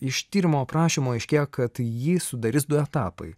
iš tyrimo aprašymo aiškėja kad jį sudarys du etapai